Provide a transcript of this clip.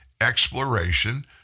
exploration